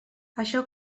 això